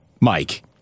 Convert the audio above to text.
Mike